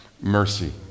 mercy